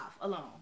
alone